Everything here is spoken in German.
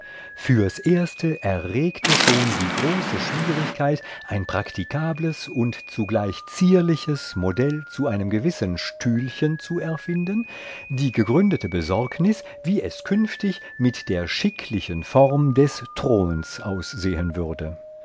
fürs erste erregte schon die große schwierigkeit ein praktikables und zu gleich zierliches modell zu einem gewissen stühlchen zu erfinden die gegründete besorgnis wie es künftig mit der schicklichen form des throns aussehen würde